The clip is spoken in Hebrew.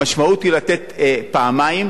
המשמעות היא לתת פעמיים,